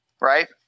right